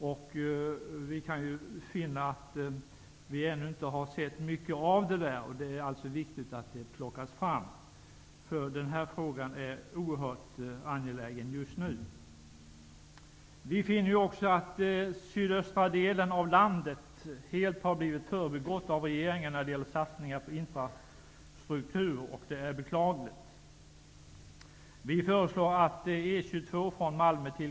Men vi har ännu inte sett särskilt mycket av den hjälpen. Det är viktigt att åtgärder plockas fram, eftersom den här frågan är oerhört angelägen just nu. Vidare finner vi att den sydöstra delen av landet helt har förbigåtts av regeringen när det gäller satsningar på infrastruktur. Detta är beklagligt.